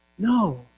No